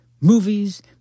Movies